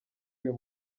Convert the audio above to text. uyu